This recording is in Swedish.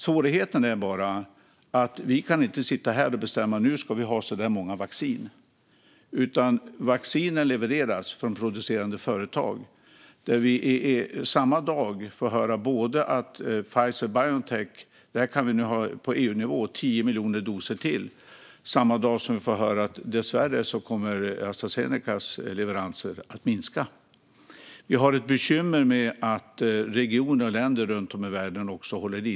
Svårigheten är bara att vi inte kan sitta här och bestämma att vi ska ha si och så mycket vaccin, utan vaccinerna levereras från producerande företag. Samma dag får vi höra både att vi på EU-nivå kan få 10 miljoner doser till via Pfizer och Biontech och att Astra Zenecas leveranser dessvärre kommer att minska. Vi har också ett bekymmer med att regioner och länder runt om i världen håller inne med leveranser.